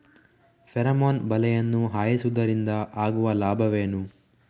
Pheromone ಬಲೆಯನ್ನು ಹಾಯಿಸುವುದರಿಂದ ಆಗುವ ಲಾಭವೇನು?